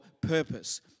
purpose